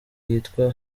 yitwa